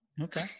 Okay